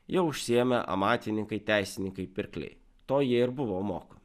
ja užsiėmė amatininkai teisininkai pirkliai to jie ir buvo mokomi